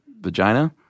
vagina